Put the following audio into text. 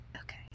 Okay